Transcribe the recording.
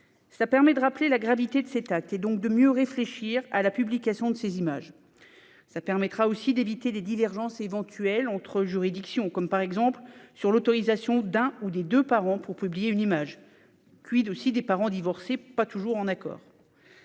Cela permet de rappeler la gravité de cet acte, donc de mieux réfléchir à la publication de ces images. Cela permettra aussi d'éviter des divergences éventuelles entre juridictions, par exemple sur l'autorisation de l'un ou des deux parents pour publier une image. des parents divorcés pas toujours en accord